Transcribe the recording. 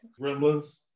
Gremlins